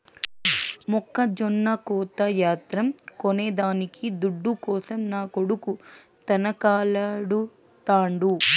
మొక్కజొన్న కోత యంత్రం కొనేదానికి దుడ్డు కోసం నా కొడుకు తనకలాడుతాండు